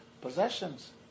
possessions